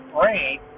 brain